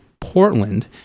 portland